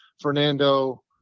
fernando